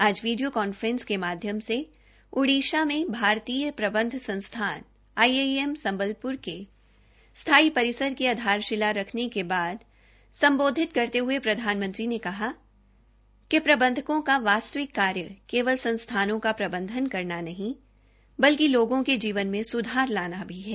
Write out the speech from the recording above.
आज video conference के माध्यम से उड़ीसा में भारतीय प्रबंध संस्थान आईआईएम संबलपुर के स्थाई परिसर की आधारशिला रखने के बाद संबोधित करते हुए प्रधानमंत्री ने कहा कि प्रबंधकों का वास्तविक कार्य केवल संस्थानों का प्रबंधन करना नहीं बल्कि लोगों के जीवन में सुधार लाना भी है